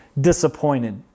disappointed